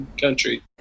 country